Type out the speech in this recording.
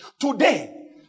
today